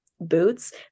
boots